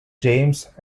james